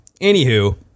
anywho